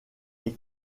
les